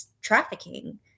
trafficking